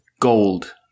gold